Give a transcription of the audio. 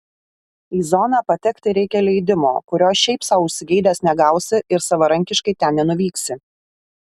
į zoną patekti reikia leidimo kurio šiaip sau užsigeidęs negausi ir savarankiškai ten nenuvyksi